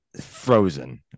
frozen